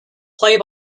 play